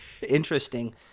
interesting